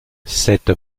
cette